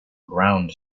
ground